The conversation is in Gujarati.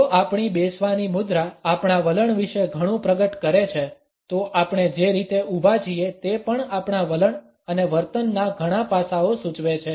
જો આપણી બેસવાની મુદ્રા આપણા વલણ વિશે ઘણું પ્રગટ કરે છે તો આપણે જે રીતે ઊભા છીએ તે પણ આપણા વલણ અને વર્તનના ઘણા પાસાઓ સૂચવે છે